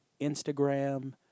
Instagram